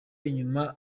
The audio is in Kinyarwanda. inyuma